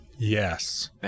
Yes